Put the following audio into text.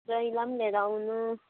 ज्वाइँलाई पनि लिएर आउनु